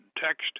text